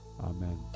Amen